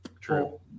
true